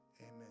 amen